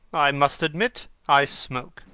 i must admit i smoke.